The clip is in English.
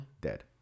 Dead